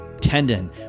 tendon